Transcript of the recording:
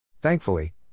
Thankfully